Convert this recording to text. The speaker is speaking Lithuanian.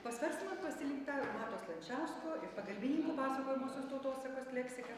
po svarstymo pasilinkta mato slančiausko ir pagalbininkų pasakojamosios tautosakos leksika